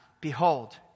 Behold